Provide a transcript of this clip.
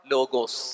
Logos